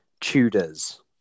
Tudors